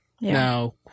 now